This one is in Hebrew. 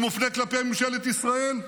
הוא מופנה כלפי ממשלת ישראל.